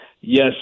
Yes